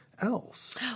else